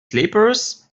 slippers